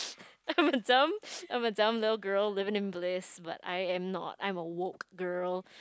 I'm a dumb I'm a dumb little girl living in bliss but I am not I'm a woke girl